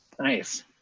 Nice